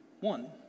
one